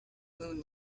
moon